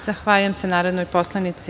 Zahvaljujem se narodnoj poslanici.